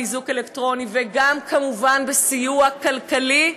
באיזוק אלקטרוני וגם כמובן בסיוע כלכלי,